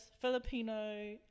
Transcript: Filipino